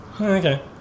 Okay